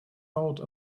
out